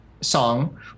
song